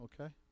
okay